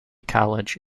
college